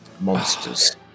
monsters